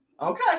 Okay